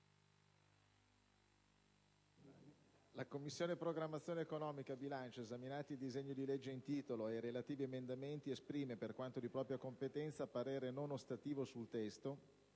«La Commissione programmazione economica, bilancio, esaminati il disegno di legge in titolo ed i relativi emendamenti, esprime, per quanto di propria competenza, parere non ostativo sul testo,